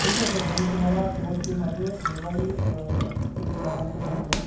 ठीक आहे सर मी तुम्हाला शेवटचे माझे मोबाईल चे चार अंक सांगतो